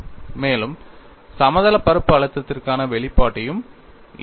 மேலும் சமதளப் பரப்பு அழுத்தத்திற்கான வெளிப்பாட்டையும் எழுதுவேன்